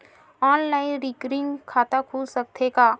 Online recurring खाता खुल सकथे का?